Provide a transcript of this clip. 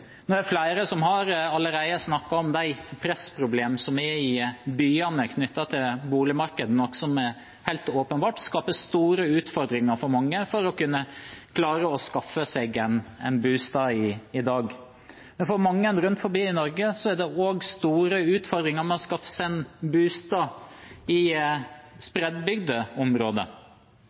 er allerede flere som har snakket om pressproblemene som er i byene knyttet til boligmarkedet, noe som helt åpenbart skaper store utfordringer for mange med å kunne klare å skaffe seg en bolig i dag. Men for mange rundt omkring i Norge er det også store utfordringer med å skaffe seg en bolig i